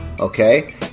okay